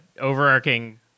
overarching